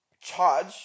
charge